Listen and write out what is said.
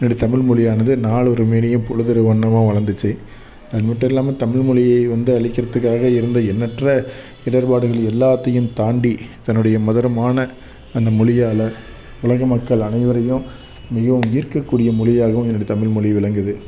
என்னுடைய தமிழ் மொழியானது நாளொரு மேனியும் பொழுதொரு வண்ணமாக வளர்ந்துச்சி அது மட்டும் இல்லாமல் தமிழ் மொழியை வந்து அழிக்கிறத்துக்காக இருந்த எண்ணற்ற இடர்பாடுகள் எல்லாத்தையும் தாண்டி தன்னுடைய மதுரமான அந்த மொழியால உலக மக்கள் அனைவரையும் மிகவும் ஈர்க்க கூடிய மொழியாகவும் என்னோட தமிழ் மொழி விளங்குது